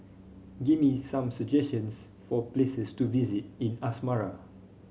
give me some suggestions for places to visit in Asmara